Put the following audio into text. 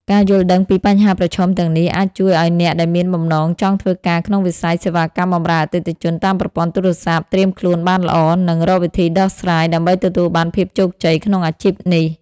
ការយល់ដឹងពីបញ្ហាប្រឈមទាំងនេះអាចជួយឱ្យអ្នកដែលមានបំណងចង់ធ្វើការក្នុងវិស័យសេវាកម្មបម្រើអតិថិជនតាមប្រព័ន្ធទូរស័ព្ទត្រៀមខ្លួនបានល្អ និងរកវិធីដោះស្រាយ ដើម្បីទទួលបានភាពជោគជ័យក្នុងអាជីពនេះ។